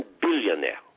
billionaire